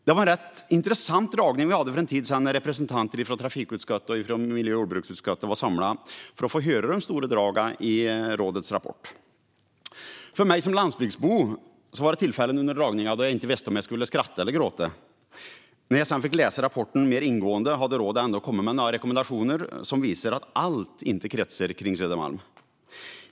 Det var en rätt intressant dragning vi hade för en tid sedan när representanter från trafikutskottet och miljö och jordbruksutskottet var samlade för att få höra de stora dragen i rådets rapport. För mig som landsbygdsbo var det tillfällen under dragningen då jag inte visste om jag skulle skratta eller gråta. När jag sedan fick läsa rapporten mer ingående hade rådet ändå kommit med några rekommendationer som visar att allt inte kretsar kring Södermalm.